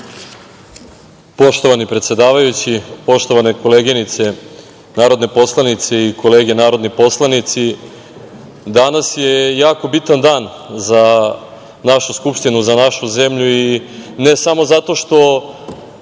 Poštovani predsedavajući, poštovane koleginice narodne poslanice i kolege narodni poslanici, danas je jako bitan dan za našu Skupštinu, za našu zemlju i ne samo zato što